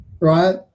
right